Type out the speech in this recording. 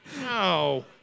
No